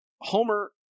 homer